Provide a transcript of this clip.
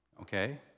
okay